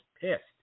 pissed